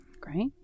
Great